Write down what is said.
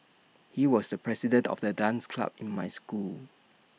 he was the president of the dance club in my school